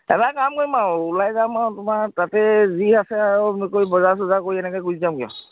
এটা কাম কৰিম আৰু ওলাই যাম আৰু তোমাৰ তাতে যি আছে আৰু এনেকৈ কৰি বজাৰ চজাৰ কৰি এনেকৈ গুচি যামগৈ